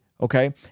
okay